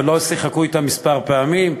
ולא שיחקו אתם כמה פעמים,